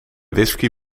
whisky